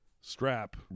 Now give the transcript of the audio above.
strap